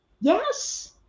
Yes